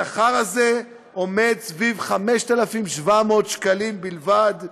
השכר הזה עומד סביב 5,700 שקלים בלבד.